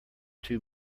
too